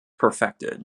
perfected